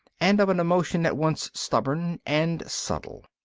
and of an emotion at once stubborn and subtle.